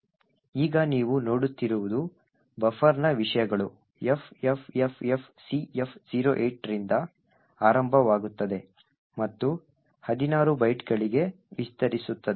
ಈಗ ನೀವು ನೋಡುತ್ತಿರುವುದು ಬಫರ್ನ ವಿಷಯಗಳು FFFFCF08 ರಿಂದ ಆರಂಭವಾಗುತ್ತದೆ ಮತ್ತು 16 ಬೈಟ್ಗಳಿಗೆ ವಿಸ್ತರಿಸುತ್ತದೆ